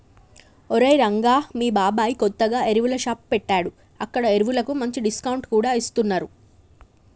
ఒరేయ్ రంగా మీ బాబాయ్ కొత్తగా ఎరువుల షాప్ పెట్టాడు అక్కడ ఎరువులకు మంచి డిస్కౌంట్ కూడా ఇస్తున్నరు